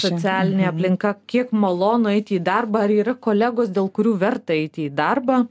socialinė aplinka kiek malonu eiti į darbą ar yra kolegos dėl kurių verta eiti į darbą